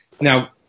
Now